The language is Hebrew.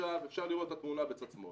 עכשיו אפשר לראות את התמונה בצד שמאל,